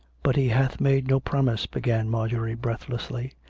but he hath made no promise began marjorie breathlessly.